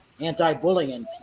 anti-bullying